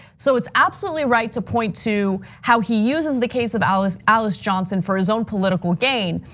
so it's absolutely right to point to how he uses the case of alice alice johnson for his own political gain.